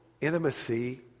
intimacy